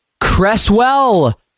Cresswell